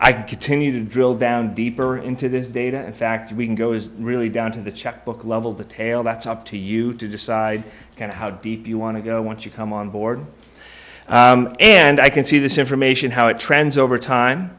i continue to drill down deeper into this data in fact we can go is really down to the checkbook level detail that's up to you to decide kind of how deep you want to go once you come on board and i can see this information how it trends over time